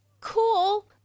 cool